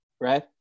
right